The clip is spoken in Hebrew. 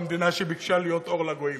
במדינה שביקשה להיות אור לגויים.